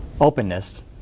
openness